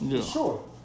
Sure